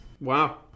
Wow